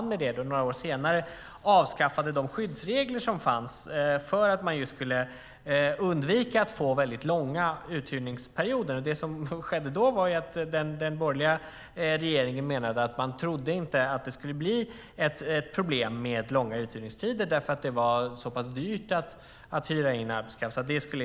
Några år senare avskaffade man skyddsreglerna, som fanns för att man skulle undvika väldigt långa uthyrningsperioder. Den borgerliga regeringen menade då att det inte skulle bli något problem med långa uthyrningstider därför att det var så pass dyrt att hyra in arbetskraft.